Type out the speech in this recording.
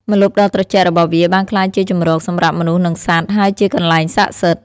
ម្លប់ដ៏ត្រជាក់របស់វាបានក្លាយជាជម្រកសម្រាប់មនុស្សនិងសត្វ ហើយជាកន្លែងស័ក្តិសិទ្ធិ។